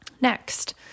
Next